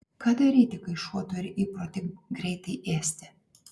ką daryti kai šuo turi įprotį greitai ėsti